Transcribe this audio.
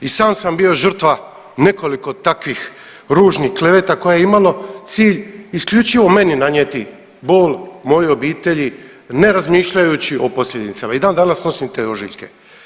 I sam sam bio žrtva nekoliko takvih ružnih kleveta koje je imalo cilj isključivo meni nanijeti bol, mojoj obitelji ne razmišljajući o posljedicama i dan danas nosim te ožiljke.